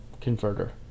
converter